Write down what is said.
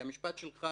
המשפט שלך